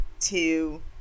two